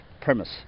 premise